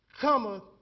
cometh